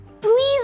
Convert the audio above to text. Please